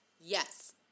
Yes